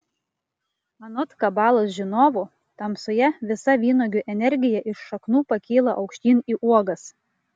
anot kabalos žinovų tamsoje visa vynuogių energija iš šaknų pakyla aukštyn į uogas